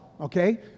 okay